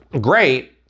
great